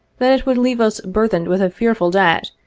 that it would leave us burthened with a fearful debt,